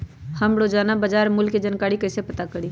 हम रोजाना बाजार मूल्य के जानकारी कईसे पता करी?